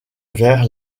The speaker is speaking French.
vers